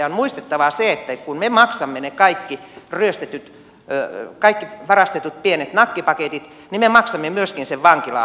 on muistettava se että kun me maksamme ne kaikki ryöstetyt kaikki varastetut pienet nakkipaketit niin me maksamme myöskin sen vankilahoidon